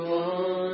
one